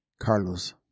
Carlos